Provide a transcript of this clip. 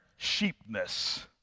sheepness